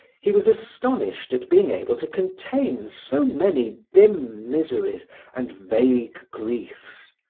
he was astonished at being able to contain so many dim miseries and vague griefs.